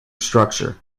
structure